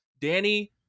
Danny